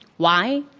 why?